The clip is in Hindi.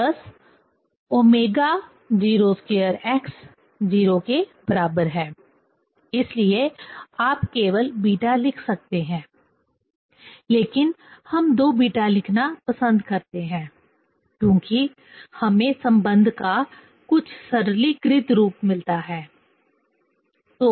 तो d2xdt2 2βdxdt ω02x 0 इसलिए आप केवल β लिख सकते हैं लेकिन हम 2β लिखना पसंद करते हैं क्योंकि हमें संबंध का कुछ सरलीकृत रूप मिलता है